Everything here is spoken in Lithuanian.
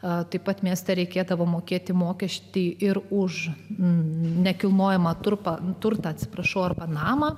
o taip pat mieste reikėdavo mokėti mokestį ir už nekilnojamą turtą turtą atsiprašau ar panamą